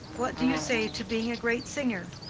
what do you say to being a great singer?